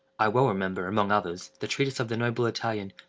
i well remember, among others, the treatise of the noble italian,